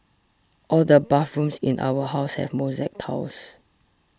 all the bathrooms in our house have mosaic tiles